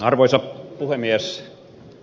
arvoisa puhemies